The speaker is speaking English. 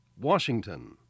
Washington